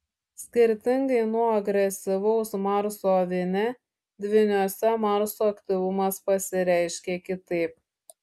skirtingai nuo agresyvaus marso avine dvyniuose marso aktyvumas pasireiškia kitaip